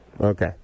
Okay